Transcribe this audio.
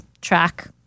track